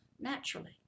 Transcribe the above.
naturally